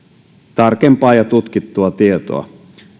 tarkempaa ja tutkittua tietoa